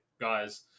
guys